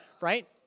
right